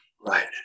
Right